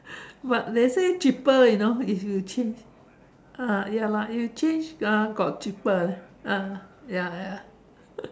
but they say cheaper you know if you change ah ya lah if you change uh got cheaper leh ah ya ya